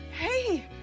hey